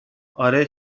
اره